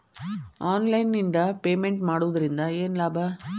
Online ನಿಂದ payment ಮಾಡುವುದರಿಂದ ಏನು ಲಾಭ?